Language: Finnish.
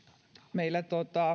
meillä